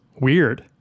weird